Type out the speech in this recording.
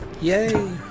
Yay